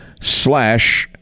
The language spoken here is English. slash